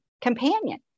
companion